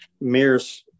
Mears